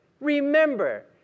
remember